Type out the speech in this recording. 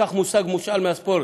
ניקח מושג מושאל מהספורט,